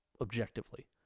objectively